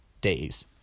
days